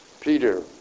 Peter